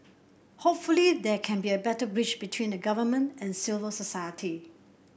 hopefully there can be a better bridge between the Government and civil society